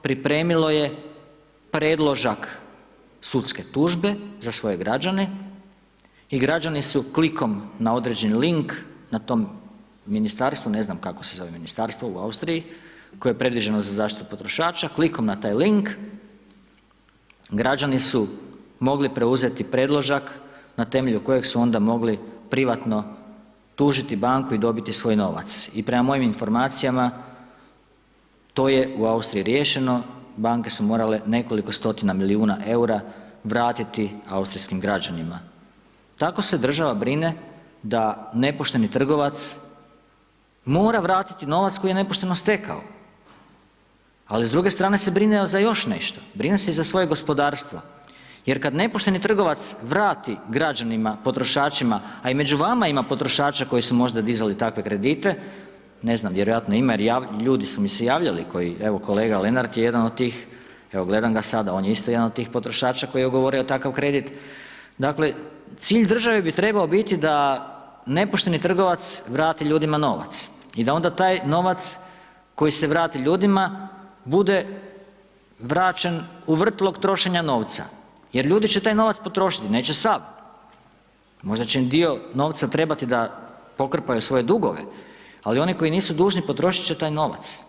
Pripremilo je predložak sudske tužbe za svoje građane i građani su klikom na određeni link, na tom ministarstvu, ne znam, kako se zove ministarstvo u Austriji, koje je predviđeno za zaštitu potrošača, klikom na taj link, građani su mogli preuzeti predložak, na temelju kojeg su onda mogli privatno tužiti banku i dobiti svoj novac i prema mojim informacijama, to je u Austriji riješeno, banke su morale nekoliko stotina milijuna eura vratiti austrijskim građanima tako se država brine da nepošteni trgovac mora vratiti novac koji je nepošteno stekao, ali s druge strane se brine za još nešto, brine se i za svoje gospodarstvo jer kad nepošteni trgovac vrati građanima, potrošačima, a i među vama ima potrošača koji su možda dizali takve kredite, ne znam, vjerojatno ima jer ljudi su mi se javljali koji, evo, kolega Lenart je jedan od tih, evo, gledam ga sada, on je isto jedan od tih potrošača koji je ugovorio takav kredit, dakle, cilj države bi trebao biti da nepošteni trgovac vrati ljudima novac i da onda taj novac koji se vrati ljudima bude vraćen u vrtlog trošenja novca jer ljudi će taj novac potrošiti, neće sav, možda će dio novca trebati da pokrpaju svoje dugove, ali oni koji nisu dužni, potrošit će taj novac.